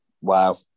Wow